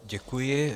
Děkuji.